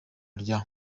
rya